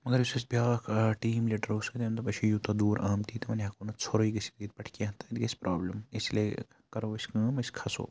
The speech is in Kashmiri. مگر یُس اَسہِ بیٛاکھ ٹیٖم لیٖڈَر اوس تٔمۍ دوٚپ أسۍ چھِ یوٗتاہ دوٗر آمتی تہٕ وۄنۍ ہیٚکو نہٕ ژھوٚرُے گٔژھِتھ ییٚتہِ پٮ۪ٹھ کینٛہہ تَتہِ گژھِ پرٛابلِم اِسلیے کَرو أسۍ کٲم أسۍ کھَسو